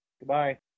goodbye